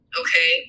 okay